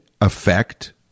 affect